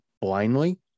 blindly